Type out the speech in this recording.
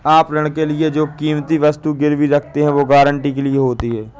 आप ऋण के लिए जो कीमती वस्तु गिरवी रखते हैं, वो गारंटी के लिए होती है